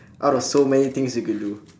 out of so many things you could do